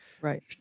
Right